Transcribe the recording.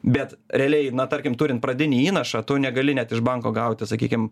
bet realiai na tarkim turint pradinį įnašą tu negali net iš banko gauti sakykim